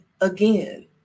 again